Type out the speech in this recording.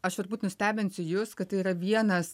aš turbūt nustebinsiu jus kad tai yra vienas